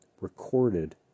recorded